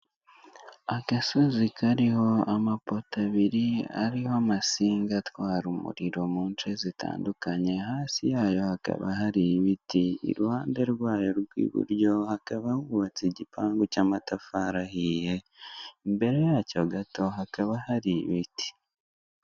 Agasozi kariho amapoto abiri ariho amasinga atwara umuriro mu nce zitandukanye, hasi yayo hakaba hari ibiti, iruhande rwayo rw'iburyo hakaba hubatse igipangu cy'amatafari ahiye imbere yacyo gato hakaba hari ibiti.